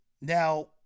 Now